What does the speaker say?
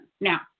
Now